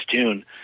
June